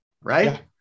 right